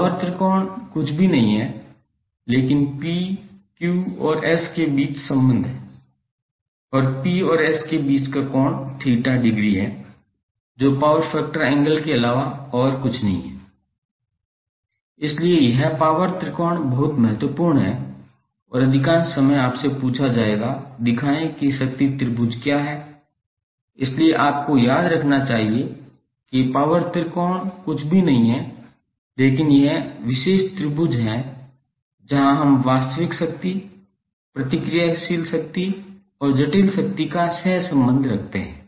power त्रिकोण कुछ भी नहीं है लेकिन P Q और S के बीच संबंध और P और S के बीच का कोण 𝜃 डिग्री है जो पावर फैक्टर एंगल के अलावा और कुछ नहीं है इसलिए यह पावर त्रिकोण बहुत महत्वपूर्ण है और अधिकांश समय आपसे पूछा जाएगा दिखाएँ कि शक्ति त्रिभुज क्या है इसलिए आपको याद रखना चाहिए कि पावर त्रिकोण कुछ भी नहीं है लेकिन यह विशेष त्रिभुज है जहाँ हम वास्तविक शक्ति प्रतिक्रियाशील शक्ति और जटिल शक्ति का सह संबंध रखते हैं